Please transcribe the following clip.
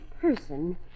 person